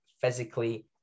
physically